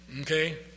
Okay